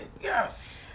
yes